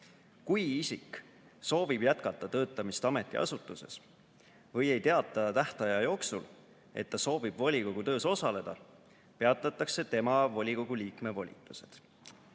Kui isik soovib jätkata töötamist ametiasutuses või ei teata tähtaja jooksul, et ta soovib volikogu töös osaleda, peatatakse tema volikogu liikme volitused."Nii.